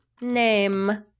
Name